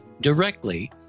directly